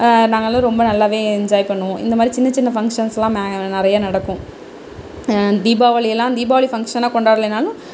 நாங்கள் ரொம்ப நல்லா என்ஜாய் பண்ணுவோம் இந்த மாதிரி சின்ன சின்ன ஃபங்ஷன்ஸ்லாம் நிறைய நடக்கும் தீபாவளியெல்லாம் தீபாவளி ஃபங்ஷன் கொண்டாடலேனாலும்